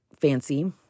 fancy